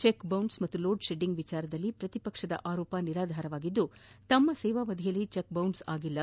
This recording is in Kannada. ಚೆಕ್ಬೌನ್ಸ್ ಪಾಗೂ ಲೋಡ್ ಶೆಡ್ಡಿಂಗ್ ವಿಚಾರದಲ್ಲಿ ಪ್ರತಿಪಕ್ಷದ ಆರೋಪ ನಿರಾಧಾರವಾಗಿದ್ದು ತಮ್ಮ ಸೇವಾವಧಿಯಲ್ಲಿ ಚೆಕ್ ಬೌನ್ಸ್ ಆಗಿಲ್ಲ